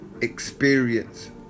experience